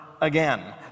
again